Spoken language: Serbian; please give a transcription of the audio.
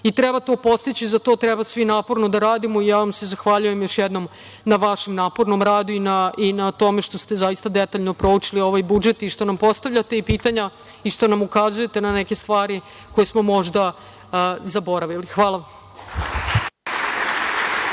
i treba to postići, za to treba svi naporno da radimo i ja vam se zahvaljujem još jednom na vašem napornom radu i na tome što ste zaista detaljno proučili ovaj budžet i što nam postavljate i pitanja i što nam ukazujete na neke stvari koje smo možda zaboravili. Hvala vam.